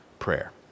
prayer